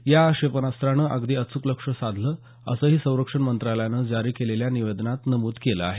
या क्षेपणास्त्रानं अगदी अचूक लक्ष्य साधलं असंही संरक्षण मंत्रालयानं जारी केलेल्या निवेदनात नमुद केलं आहे